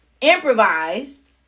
improvised